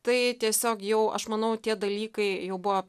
tai tiesiog jau aš manau tie dalykai jau buvo